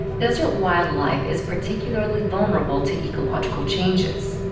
desert wildlife is particularly vulnerable to ecological changes.